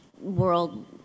world